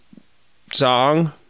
song